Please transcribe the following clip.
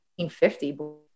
1950